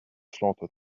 slaughter